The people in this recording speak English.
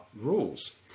rules